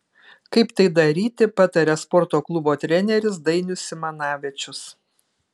kaip tai daryti pataria sporto klubo treneris dainius simanavičius